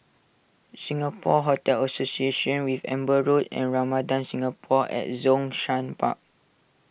Singapore Hotel Association with Amber Road and Ramada Singapore at Zhongshan Park